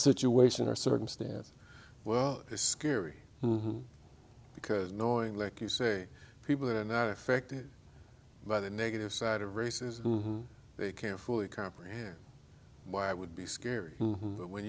situation or circumstance well it's scary because knowing like you say people are not affected by the negative side of racism they can't fully comprehend why it would be scary but when